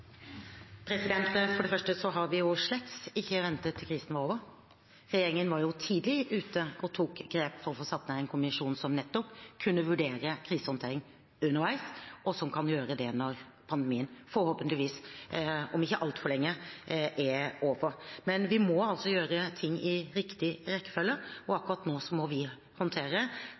For det første har vi slett ikke ventet til krisen var over. Regjeringen var tidlig ute og tok grep for å få satt ned en kommisjon som nettopp kunne vurdere krisehåndtering underveis, og som kan gjøre det når pandemien forhåpentligvis om ikke altfor lenge er over. Men vi må gjøre ting i riktig rekkefølge, og akkurat nå må vi håndtere